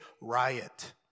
riot